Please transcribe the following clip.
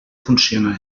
funciona